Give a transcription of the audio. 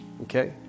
Okay